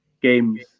games